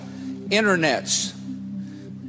internets